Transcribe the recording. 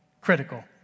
critical